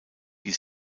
die